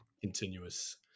continuous